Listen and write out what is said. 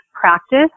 practice